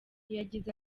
yagize